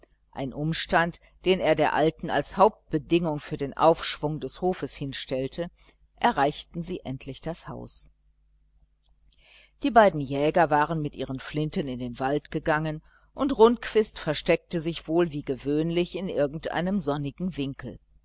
ein umstand den er der alten als hauptbedingung für den aufschwung des hofes hinstellte erreichten sie endlich das haus die beiden jäger waren mit ihren flinten in den wald gegangen und rundquist versteckte sich wohl wie gewöhnlich in irgendeinem sonnigen winkel